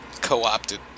Co-opted